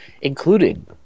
including